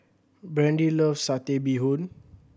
Brandy loves Satay Bee Hoon